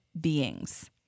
beings